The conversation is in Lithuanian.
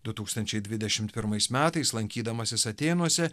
du tūkstančiai dvidešimt pirmais metais lankydamasis atėnuose